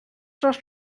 dros